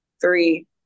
three